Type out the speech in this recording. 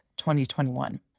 2021